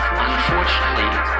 unfortunately